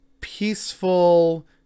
peaceful